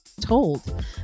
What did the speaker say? told